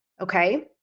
okay